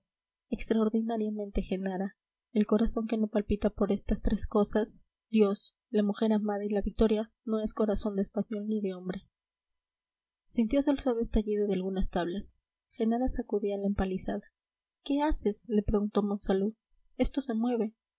extraordinariamente genara el corazón que no palpita por estas tres cosas dios la mujer amada y la victoria no es corazón de español ni de hombre sintiose el suave estallido de algunas tablas genara sacudía la empalizada qué haces le preguntó monsalud esto se mueve